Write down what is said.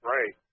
Right